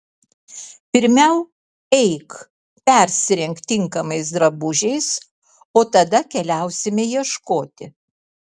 pirmiau eik persirenk tinkamais drabužiais o tada keliausime ieškoti